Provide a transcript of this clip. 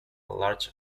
large